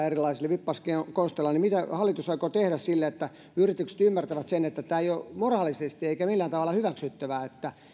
erilaisilla vippaskonsteilla niin mitä hallitus aikoo tehdä että yritykset ymmärtäisivät että ei ole moraalisesti eikä millään tavalla hyväksyttävää että